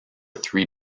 three